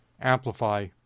amplify